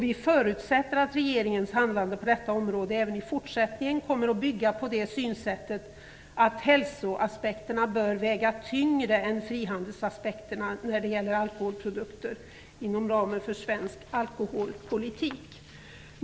Vi förutsätter att regeringens handlande på detta område även i fortsättningen bygger på det synsättet att hälsoaspekterna bör väga tyngre än frihandelsaspekterna när det gäller alkoholprodukter inom ramen för svensk alkoholpolitik.